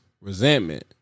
resentment